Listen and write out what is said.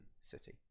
city